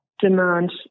demand